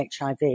HIV